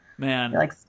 Man